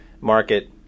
market